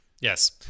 Yes